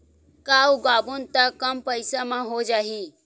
का उगाबोन त कम पईसा म हो जाही?